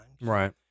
right